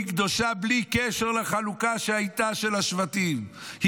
היא קדושה בלי קשר לחלוקה של השבטים שהייתה.